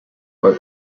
were